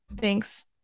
thanks